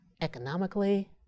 economically